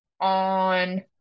on